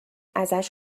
ازش